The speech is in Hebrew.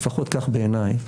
לפחות כך בעיניי,